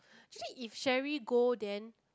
she said if Cherry go then